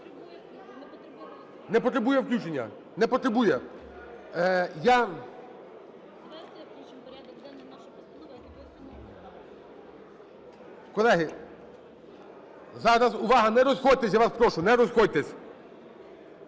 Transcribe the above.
Не потребує включення, не потребує. Я... Колеги, зараз увага! Не розходьтесь, я вас прошу, не розходьтесь.